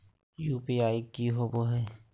UPI की होबो है?